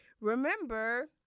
Remember